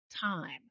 time